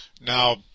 Now